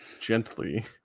gently